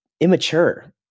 immature